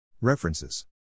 References